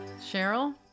Cheryl